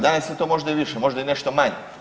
Danas je to možda i više, možda i nešto manje.